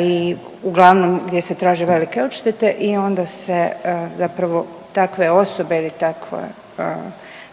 i uglavnom gdje se traže velike odštete i onda se zapravo takve osobe ili takve